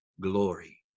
glory